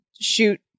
shoot